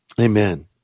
Amen